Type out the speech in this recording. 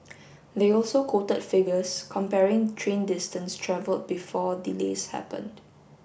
they also quoted figures comparing train distance travelled before delays happened